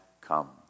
come